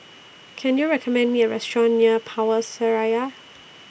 Can YOU recommend Me A Restaurant near Power Seraya